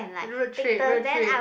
road trip road trip